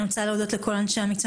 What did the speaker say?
אני רוצה להודות לכל אנשי המקצוע.